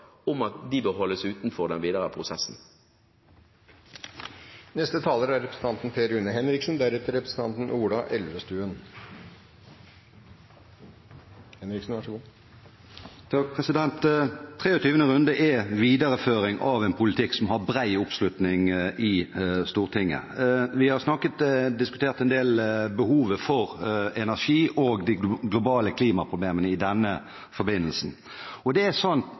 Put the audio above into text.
om at disse områdene bør holdes utenfor den videre prosessen? Den 23. konsesjonsrunden er en videreføring av en politikk som har bred oppslutning i Stortinget. Vi har diskutert behovet for energi og de globale klimaproblemene i den forbindelse. Vi står foran befolkningsøkning, velstandsutvikling og fattigdomsbekjempelse – som krever bruk av energi. Det